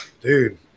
dude